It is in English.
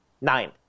Nine